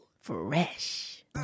Fresh